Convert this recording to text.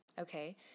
Okay